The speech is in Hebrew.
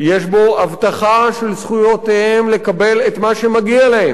יש בו הבטחה של זכויותיהם לקבל את מה שמגיע להם.